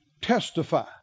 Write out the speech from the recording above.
testify